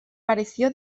pareció